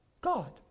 God